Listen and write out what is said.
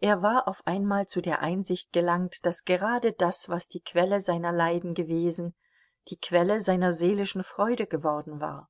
er war auf einmal zu der einsicht gelangt daß gerade das was die quelle seiner leiden gewesen die quelle seiner seelischen freude geworden war